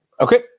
okay